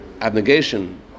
abnegation